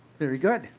very good.